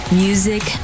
music